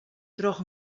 troch